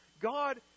God